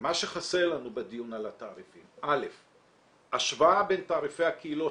מה שחסר לנו בדיון על התעריפים: השוואה בין תעריפי הקהילות